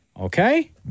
Okay